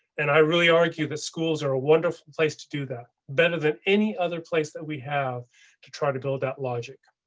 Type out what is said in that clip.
and i really argue that schools are a wonderful place to do that better than any other place that we have to try to build that logic.